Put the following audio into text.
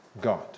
God